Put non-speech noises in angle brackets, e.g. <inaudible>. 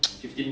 <noise>